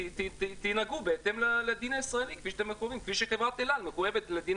תנהגו בהתאם לדין הישראלי כפי שחברת אל-על מחויבת לדין